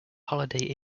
holiday